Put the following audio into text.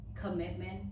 commitment